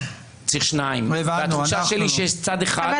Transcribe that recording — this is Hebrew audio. התמנה אצלכם לאיזה תפקיד.